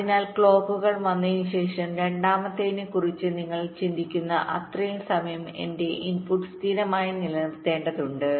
അതിനാൽ ക്ലോക്കുകൾ വന്നതിനുശേഷം രണ്ടാമത്തേതിനെക്കുറിച്ച് നിങ്ങൾ ചിന്തിക്കുന്ന അത്രയും സമയം എന്റെ ഇൻപുട്ട് സ്ഥിരമായി നിലനിർത്തേണ്ടതുണ്ട്